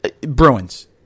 Bruins